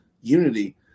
unity